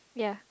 ya